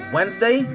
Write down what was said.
Wednesday